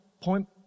point